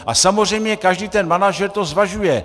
A samozřejmě každý manažer to zvažuje.